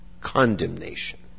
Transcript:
condemnation